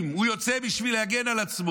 הוא יוצא בשביל להגן על עצמו.